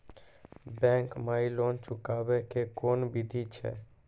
Bank माई loan चुकाबे के कोन बिधि छै?